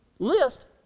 List